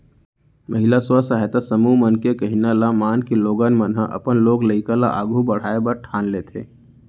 महिला स्व सहायता समूह मन के कहिना ल मानके लोगन मन ह अपन लोग लइका ल आघू पढ़ाय बर ठान लेथें